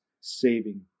saving